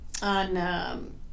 On